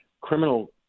criminal